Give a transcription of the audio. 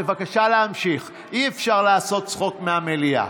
בבקשה להמשיך, אי-אפשר לעשות צחוק מהמליאה.